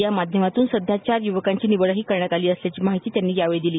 यामाध्यमातून सध्या चार युवकांची निवडही करण्यात आली असल्याची माहिती त्यांनी यावेळी दिली